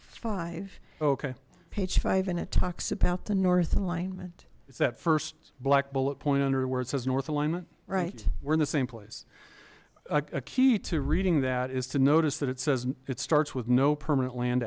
five okay page five and it talks about the north alignment it's that first black bullet point under where it says north alignment right we're in the same place a key to reading that is to notice that it says it starts with no permanent land